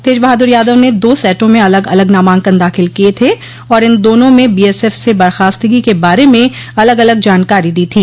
तेज बहादुर यादव ने दो सेटों में अलग अलग नामांकन दाखिल किये थे और इन दोनों में बीएसएफ से बर्खास्तगी के बारे में अलग अलग जानकारी दी थी